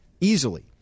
easily